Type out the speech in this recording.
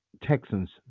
Texans